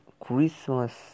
Christmas